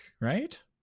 right